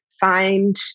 find